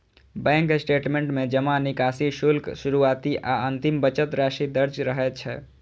bank statement में जमा, निकासी, शुल्क, शुरुआती आ अंतिम बचत राशि दर्ज रहै छै